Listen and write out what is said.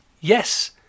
yes